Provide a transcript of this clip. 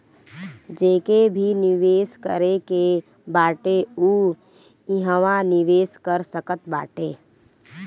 जेके भी निवेश करे के बाटे उ इहवा निवेश कर सकत बाटे